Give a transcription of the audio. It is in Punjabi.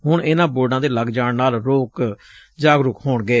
ਹੁਣ ਇਨੂਾਂ ਬੋਰਡਾਂ ਦੇ ਲੱਗ ਜਾਣ ਨਾਲ ਲੋਕ ਜਾਗਰੁਕ ਹੋਣਗੇ